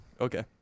okay